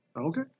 Okay